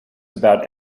about